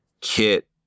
Kit